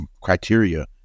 criteria